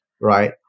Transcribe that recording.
right